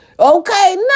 Okay